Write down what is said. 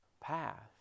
path